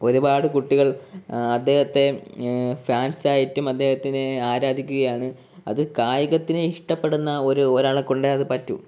ഒരുപാട് കുട്ടികൾ അദ്ദേഹത്തെ ഫാൻസായിട്ടും അദ്ദേഹത്തിനെ ആരാധിക്കുകയാണ് അതു കായികത്തിനെ ഇഷ്ടപ്പെടുന്ന ഒരാളെ കൊണ്ടേ അതു പറ്റു